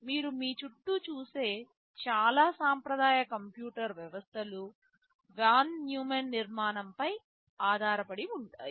మీరు మీ చుట్టూ చూసే చాలా సాంప్రదాయ కంప్యూటర్ వ్యవస్థలు వాన్ న్యూమాన్ నిర్మాణంపై ఆధారపడి ఉంటాయి